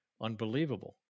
unbelievable